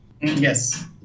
Yes